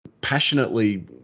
passionately